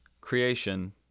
creation